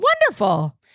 Wonderful